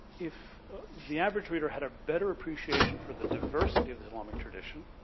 if the average reader had a better appreciation for the diversity of the islamic tradition